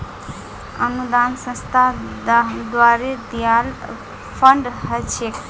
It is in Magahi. अनुदान संस्था द्वारे दियाल फण्ड ह छेक